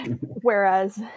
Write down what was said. Whereas